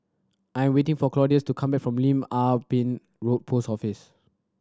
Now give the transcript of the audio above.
I'm waiting for Claudius to come back from Lim Ah Pin Road Post Office